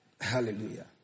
Hallelujah